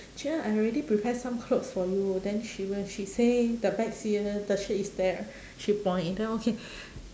cher I already prepare some clothes for you then she w~ she say the back seat uh the shirt is there she point then okay